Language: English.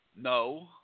No